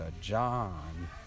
John